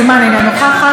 אינה נוכחת,